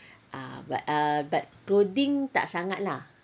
ah but ah but clothing tak sangat lah